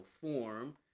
form